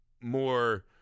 more